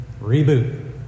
Reboot